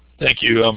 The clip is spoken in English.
thank you. um